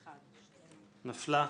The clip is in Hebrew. עדיין נפלה.